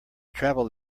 travel